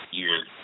years